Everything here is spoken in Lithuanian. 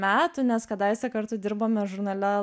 metų nes kadaise kartu dirbome žurnale